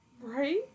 Right